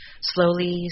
Slowly